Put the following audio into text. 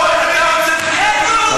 חבר הכנסת אורן חזן.